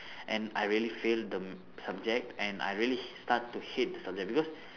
and I really fail the subject and I really start to hate the subject because